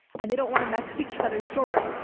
and they don't want to mess with each other's children,